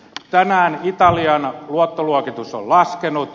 tänään italian luottoluokitus on laskenut